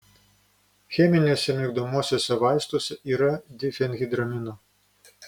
cheminiuose migdomuosiuose vaistuose yra difenhidramino